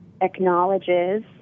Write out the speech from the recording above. acknowledges